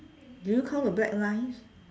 do you count the black lines